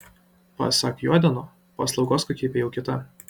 pasak juodėno paslaugos kokybė jau kita